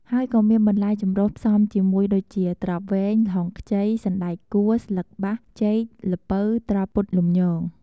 ហើយក៏មានបន្លែចម្រុះផ្សំជាមួយដូចជា ត្រប់វែង ល្ហុងខ្ចី សណ្ដែកកួរ ស្លឹកបាស ចេក ល្ពៅ ត្រប់ពុតលំញង។